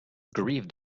grief